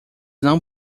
não